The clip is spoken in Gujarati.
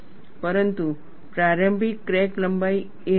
પરંતુ પ્રારંભિક ક્રેક લંબાઈ a1 છે